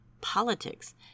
politics